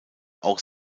auch